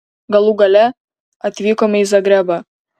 galų gale atvykome į zagrebą